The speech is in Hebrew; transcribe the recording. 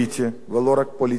ולא רק פוליטי כנראה,